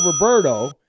Roberto